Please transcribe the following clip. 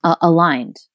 aligned